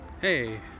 Hey